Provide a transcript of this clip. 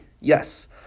Yes